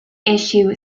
issue